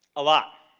a lot.